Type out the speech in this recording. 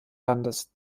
landes